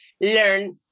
learn